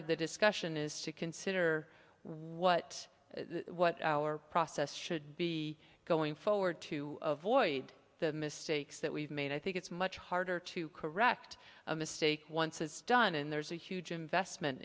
of the discussion is to consider what what our process should be going forward to avoid the mistakes that we've made i think it's much harder to correct a mistake once it's done and there's a huge investment